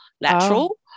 lateral